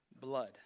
blood